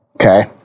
Okay